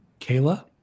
Kayla